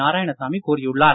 நாராயணசாமி கூறியுள்ளார்